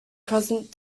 present